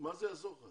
מה זה יעזור לך?